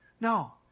No